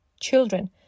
children